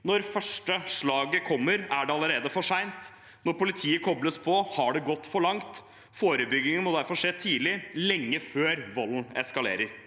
det første slaget kommer, er det allerede for sent. Når politiet kobles på, har det gått for langt. Forebyggingen må derfor skje tidlig, og lenge før volden eskalerer.